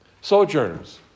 Sojourners